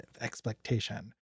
expectation